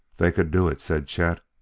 they could do it, said chet.